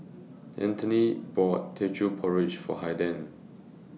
Antony bought Teochew Porridge For Haiden